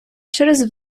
через